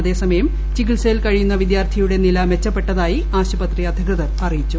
അതേസമയം ചികിത്സയിൽ കഴിയുന്ന വിദ്യാർത്ഥിയുടെ നില മെച്ചപ്പെട്ടതായി ആശുപത്രി അധികൃതർ അറിയിച്ചു